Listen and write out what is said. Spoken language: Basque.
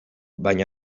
baina